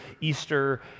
Easter